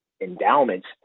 endowments